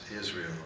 Israel